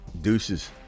Deuces